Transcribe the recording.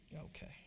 Okay